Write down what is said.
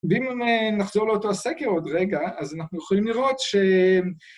ואם נחזור לאותו הסקר עוד רגע, אז אנחנו יכולים לראות ש...